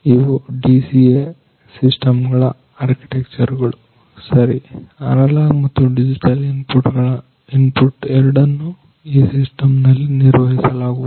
ಇವು DCA system ಗಳ architecture ಗಳು ಅನಲಾಗ್ ಮತ್ತು ಡಿಜಿಟಲ್ ಇನ್ಪುಟ್ ಎರಡನ್ನು ಈ ಸಿಸ್ಟಮ್ ನಲ್ಲಿ ನಿರ್ವಹಿಸಲಾಗುವುದು